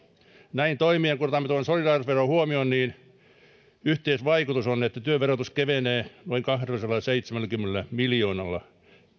näin toimien kun otamme tuon solidaarisuusveron huomioon yhteisvaikutus on että työn verotus kevenee noin kahdellasadallaseitsemälläkymmenellä miljoonalla